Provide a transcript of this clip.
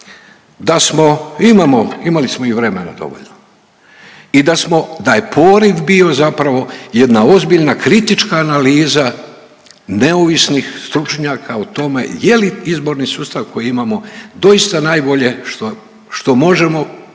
da smo imali smo i vremena dovoljno, i da smo da je poriv bio zapravo jedna ozbiljna kritička analiza neovisnih stručnjaka o tome je li izborni sustav koji imamo doista najbolje što možemo i što